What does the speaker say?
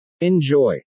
Enjoy